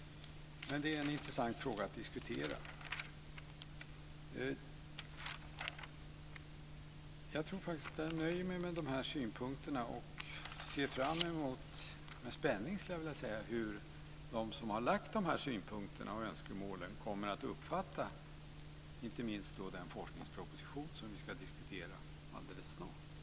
Men det är en intressant fråga att diskutera. Jag tror faktiskt att jag nöjer mig med de här synpunkterna. Jag ser med spänning fram emot hur de som har lagt fram de här synpunkterna och önskemålen kommer att uppfatta inte minst den forskningsproposition vi ska diskutera alldeles snart.